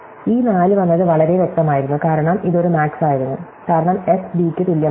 അതിനാൽ ഈ 4 വന്നത് വളരെ വ്യക്തമായിരുന്നു കാരണം ഇത് ഒരു മാക്സ് ആയിരുന്നു കാരണം എസ് b യ്ക്ക് തുല്യമല്ല